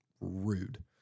rude